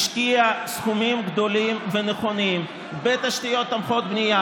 השקיעה סכומים גדולים ונכונים בתשתיות תומכות בנייה,